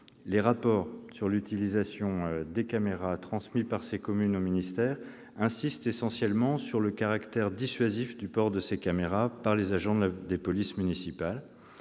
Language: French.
Les rapports sur l'utilisation des caméras transmis par ces communes au ministère de l'intérieur insistent essentiellement sur le caractère dissuasif du port de ces caméras par les agents des polices municipales.